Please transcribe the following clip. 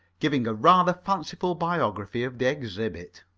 giving a rather fanciful biography of the exhibit.